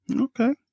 Okay